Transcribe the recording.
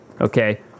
Okay